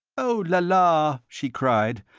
oh, la la! she cried,